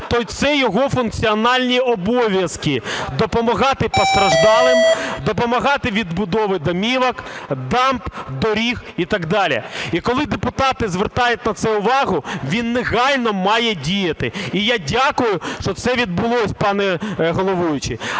то це його функціональні обов'язки допомагати постраждалим, допомагати відбудові домівок, дамб, доріг і так далі. І коли депутати звертають на це увагу, він негайно має діяти. І я дякую, що це відбулося, пане головуючий.